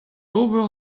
ober